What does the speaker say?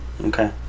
Okay